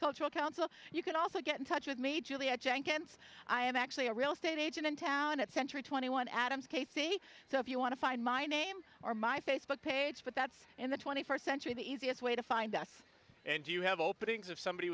cultural council you can also get in touch with me julia jenkins i am actually a real estate agent in town at century twenty one adams k c so if you want to find my name or my facebook page but that's in the twenty first century the easiest way to find us and you have openings if somebody